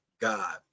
god